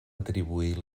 atribuir